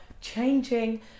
changing